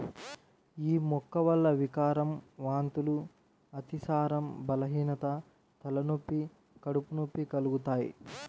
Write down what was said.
యీ మొక్క వల్ల వికారం, వాంతులు, అతిసారం, బలహీనత, తలనొప్పి, కడుపు నొప్పి కలుగుతయ్